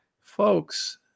Folks